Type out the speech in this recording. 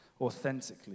authentically